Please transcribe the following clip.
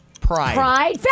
Pride